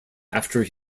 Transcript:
after